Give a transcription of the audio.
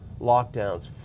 lockdowns